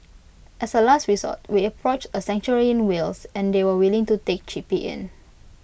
as A last resort we approached A sanctuary in Wales and they were willing to take chippy in